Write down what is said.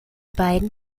beiden